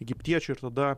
egiptiečių ir tada